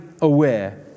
aware